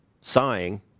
sighing